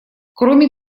кроме